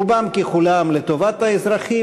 רובם ככולם לטובת האזרחים.